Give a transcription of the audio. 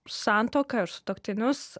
santuoką ir sutuoktinius